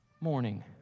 morning